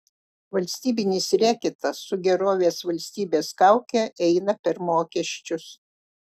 valstybinis reketas su gerovės valstybės kauke eina per mokesčius